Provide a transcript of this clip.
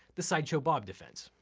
the sideshow bob defense.